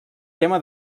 tema